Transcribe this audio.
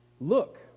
Look